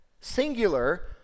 singular